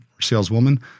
saleswoman